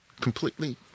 completely